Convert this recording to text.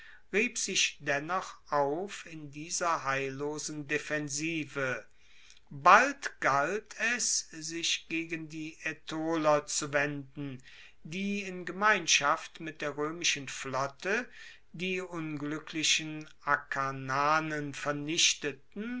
sich dennoch auf in dieser heillosen defensive bald galt es sich gegen die aetoler zu wenden die in gemeinschaft mit der roemischen flotte die ungluecklichen akarnanen vernichteten